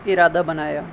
ارادہ بنایا